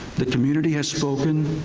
the community has spoken.